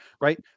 right